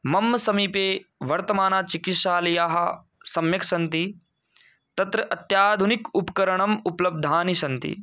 मम समीपे वर्तमानाचिकित्सालयाः सम्यक् सन्ति तत्र अत्याधुनिक उपकरणम् उपलब्धानि सन्ति